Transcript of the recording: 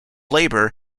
labor